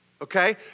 Okay